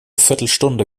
viertelstunde